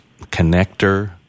connector